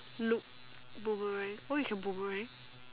loop boomerang oh you can boomerang